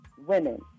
Women